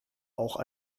auch